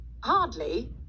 hardly